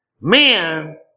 Men